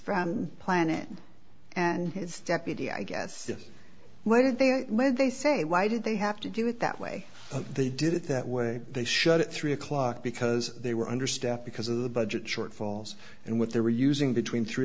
from planet and his deputy i guess what are they when they say why did they have to do it that way they did it that way they shut at three o'clock because they were understaffed because of the budget shortfalls and what they were using between three